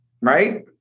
right